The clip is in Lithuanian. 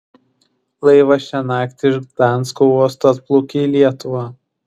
laivas šią naktį iš gdansko uosto atplaukė į lietuvą